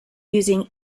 using